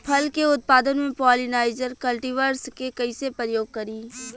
फल के उत्पादन मे पॉलिनाइजर कल्टीवर्स के कइसे प्रयोग करी?